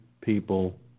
people